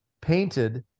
painted